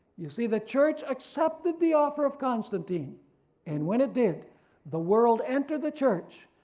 you see the church accepted the offer of constantine and when it did the world entered the church,